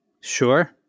Sure